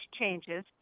changes